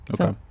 Okay